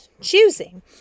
choosing